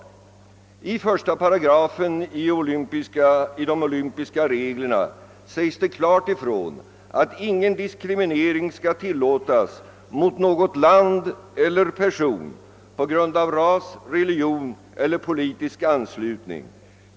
I första paragrafen i de olympiska reglerna sägs det klart ifrån att ingen diskriminering skall tillåtas mot något land eller person på grund av ras, religion eller politisk anslutning.